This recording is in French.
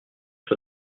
sur